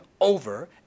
over